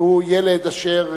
הוא ילד אשר